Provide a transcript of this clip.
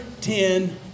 ten